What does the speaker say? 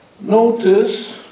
notice